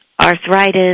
arthritis